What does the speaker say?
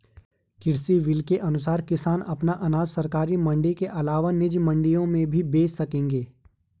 कृषि बिल के अनुसार किसान अपना अनाज सरकारी मंडी के अलावा निजी मंडियों में भी बेच सकेंगे